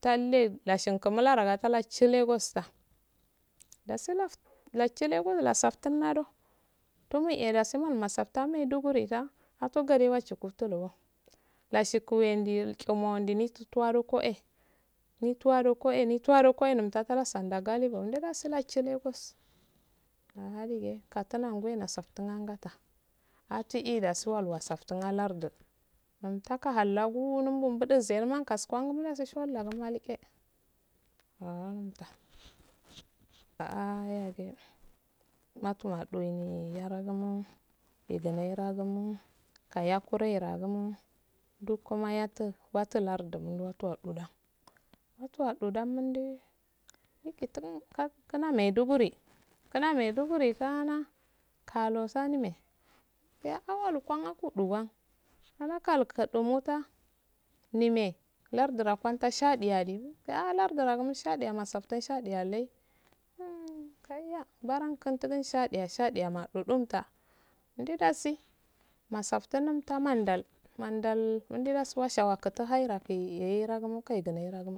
tallah lashingu mularanga tale chi lagosta dasi nodi lagos nosafttun nado tumohey dasi nochi lagos nosafttun nado tumohey dasi nochi lagos nosafttun maiduguri da ahta garishigulda lashigu wendu shimo ndumi tutuwa kohey nutwa do ehe kohey nutuwa kohey numta tansanda galibu do dasi uchi lagos aha dige katunangu wey ndasafttun angatta ah tiyeh dasi olu osaftun ah lardu umttahallgu numbu bud'uze di mahun kasuwengu shalwa malqe ahh umtta a'ahh matuwadu engu yaragumo kayar kuregumo duguma yatu watu lardu mundu watu atu watu wada da munda mikutun kunda maiduguri kunda maiduguri so na kabusa nume biya alwakoɗuga dumga ahakamo dugumunta nume larduwa kanta shadiya ndu biya lardu a gum shadiya mosafttun shadiya llai hum kaiyya barankum tudum shaɗiya shadiya maɗum ɗumttah ndo dasi mosafttum numtamandal manɗdal mundu dasi washa wakutu hairral gul harra gu muhairragm